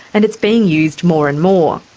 and it's being used more and more.